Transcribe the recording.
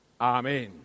Amen